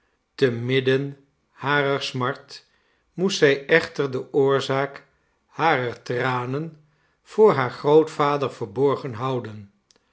te midden harer smart moest zij echter de oorzaak harer tranen voor haar grootvader verborgen houden